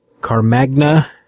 Carmagna